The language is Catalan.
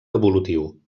evolutiu